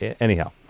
anyhow